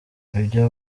ibyo